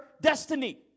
destiny